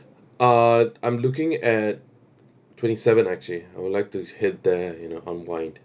uh I'm looking at twenty seven actually I would like to head there and you know unwind